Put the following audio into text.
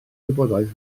wybodaeth